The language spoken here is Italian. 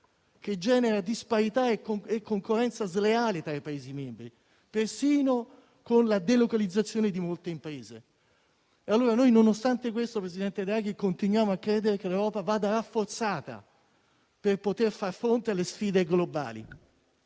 che genera disparità e concorrenza sleale tra i Paesi membri, persino con la delocalizzazione di molte imprese. Noi, nonostante questo, presidente Draghi, continuiamo a credere che l'Europa vada rafforzata per poter far fronte alle sfide globali.